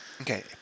Okay